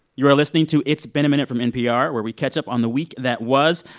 you are listening to it's been a minute from npr, where we catch up on the week that was.